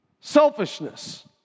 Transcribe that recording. Selfishness